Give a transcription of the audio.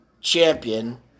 champion